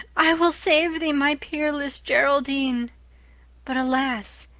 i will save thee, my peerless geraldine but alas,